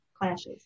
clashes